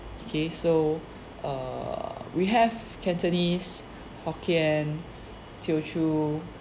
okay so err we have cantonese hokkien teochew